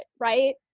right